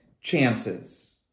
chances